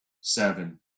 seven